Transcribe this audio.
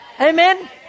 Amen